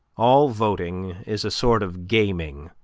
all voting is a sort of gaming,